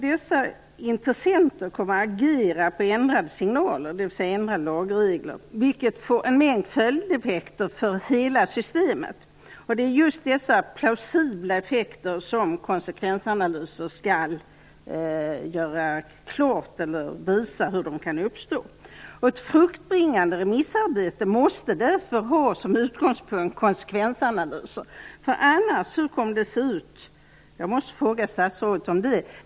Dessa intressenter kommer att agera på ändrade signaler, dvs. lagändringar, och detta får en mängd följdeffekter på hela systemet. Konsekvensanalyser kan visa hur sådana plausibla effekter uppstår. Ett fruktbringande remissarbete måste därför inbegripa konsekvensanalyser. Hur kommer det annars att bli?